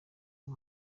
ubu